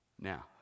Now